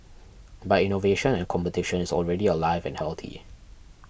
but innovation and competition is already alive and healthy